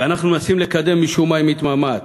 ואנחנו מנסים לקדם ומשום מה היא מתמהמהת,